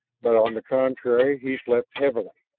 but on the contrary he slept heavily,